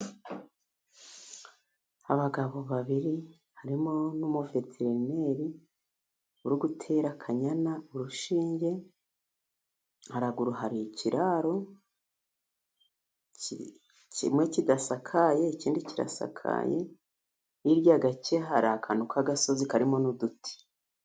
Abagabo babiri harimo n'umuvetereneri uri gutera akanyana urushinge, haruguru hari ikiraro kimwe kidasakaye ikindi kirasakaye, hirya gake hari akantu k'agasozi karimo n'uduti.